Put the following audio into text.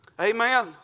amen